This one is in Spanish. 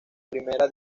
primera